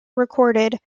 recorded